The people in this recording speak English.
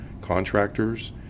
contractors